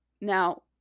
Now